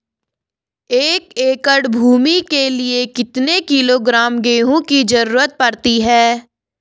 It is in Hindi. एक एकड़ भूमि के लिए कितने किलोग्राम गेहूँ की जरूरत पड़ती है?